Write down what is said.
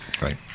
Right